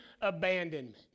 abandonment